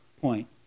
point